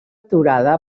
aturada